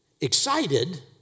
excited